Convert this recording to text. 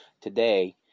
today